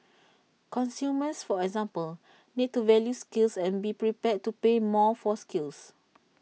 consumers for example need to value skills and be prepared to pay more for skills